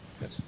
Yes